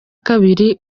kabiri